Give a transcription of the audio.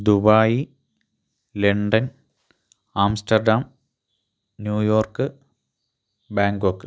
Dubai London Amsterdam New York Bangkok